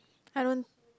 I don't